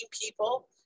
people